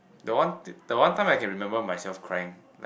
the one the one time I can remember myself crying